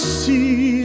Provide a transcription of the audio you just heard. see